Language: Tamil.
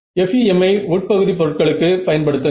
FEM ஐ உட்பகுதி பொருட்களுக்கு பயன்படுத்துங்கள்